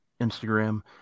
Instagram